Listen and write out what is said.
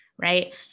right